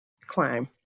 climb